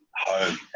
home